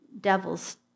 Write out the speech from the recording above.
devil's